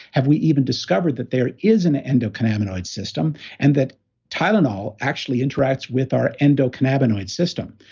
have we even discovered that there is an endocannabinoid system and that tylenol actually interacts with our endocannabinoid system.